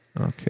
Okay